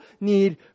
need